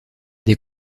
des